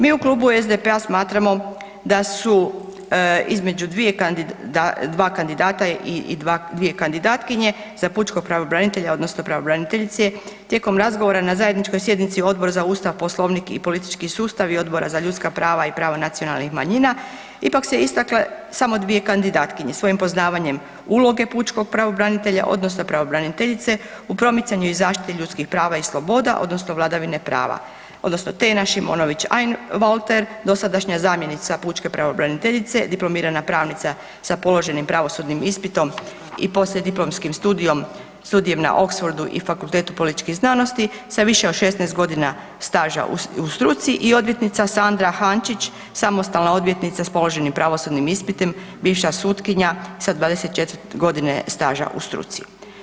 Mi u klubu SDP-a smatramo da su između dva kandidata i dvije kandidatkinje za pučkog pravobranitelja, odnosno pravobraniteljice tijekom razgovora na zajedničkoj sjednici Odbor za Ustav, Poslovnik i politički sustav i Odbora za ljudska prava i prava nacionalnih manjina ipak se istakle samo dvije kandidatkinje svojim poznavanjem uloge pučkog pravobranitelja, odnosno pravobraniteljice u promicanju i zaštiti ljudskih prava i sloboda, odnosno vladavine prava, odnosno te … dosadašnja zamjenica pučke pravobraniteljice diplomirana pravnica sa položenim pravosudnim ispito i poslijediplomskim studijem na Oxfordu i Fakultetu političkih znanosti sa više od 16 godina staža u struci i odvjetnica Sanda Hančić, samostalna odvjetnica sa položenim pravosudnim ispitom, bivša sutkinja sa 24 godine staža u struci.